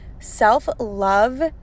self-love